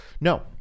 No